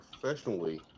professionally